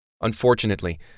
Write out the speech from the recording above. Unfortunately